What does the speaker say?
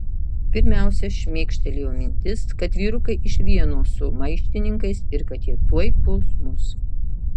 pirmiausia šmėkštelėjo mintis kad vyrukai iš vieno su maištininkais ir kad jie tuoj puls mus